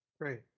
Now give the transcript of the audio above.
great